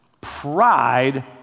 pride